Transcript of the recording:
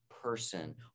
person